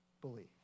believe